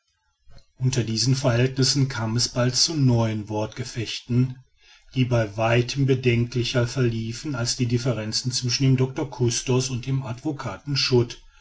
unter diesen verhältnissen kam es bald zu neuen wortgefechten die bei weitem bedenklicher verliefen als die differenz zwischen dem doctor custos und dem advocaten schut